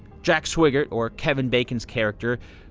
jack swigert, or kevin bacon's character,